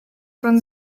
pan